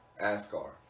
Ascar